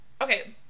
Okay